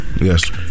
Yes